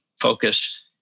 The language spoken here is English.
focus